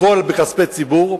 הכול מכספי הציבור,